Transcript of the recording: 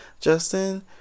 justin